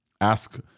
ask